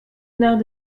naar